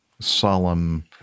solemn